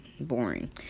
boring